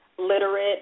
literate